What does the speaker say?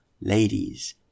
Ladies